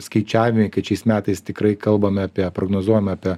skaičiavimai kad šiais metais tikrai kalbame apie prognozuojam apie